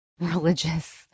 religious